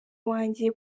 wanjye